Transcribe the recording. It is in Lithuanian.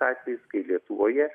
atvejų kai lietuvoje